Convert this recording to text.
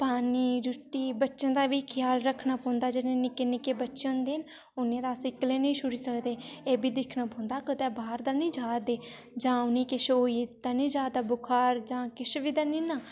पानी रुट्टी बच्चें दा बी ख्याल रखना पौंदा जेह्ड़े निक्के निक्के बच्चे होंदे न उ'नेंई अस इक्कले निं छोड़ी सकदे एह् बी दिक्खना पौंदा कु'तै बाह्र ते निं जा'रदे जां उ'नेंई किश होई ते निं जा'रदा बुखार जां किश बी ते नेईं ना